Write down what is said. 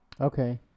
Okay